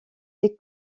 des